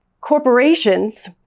corporations